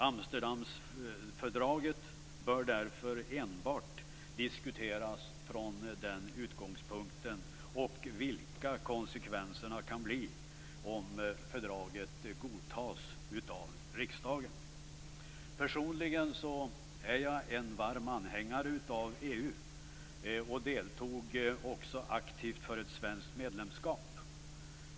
Amsterdamfördraget bör därför diskuteras enbart från den utgångspunkten för att se vilka konsekvenserna kan bli om Amsterdamfördraget godtas av riksdagen. Personligen är jag en varm anhängare av EU och deltog också aktivt i arbetet för ett svenskt medlemskap.